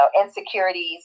insecurities